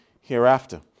hereafter